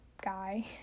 guy